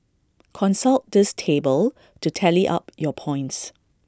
consult this table to tally up your points